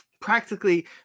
practically